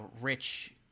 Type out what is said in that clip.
rich